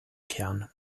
kehren